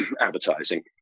advertising